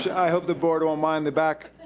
i hope the board won't mind the back.